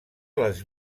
les